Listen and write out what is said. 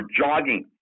jogging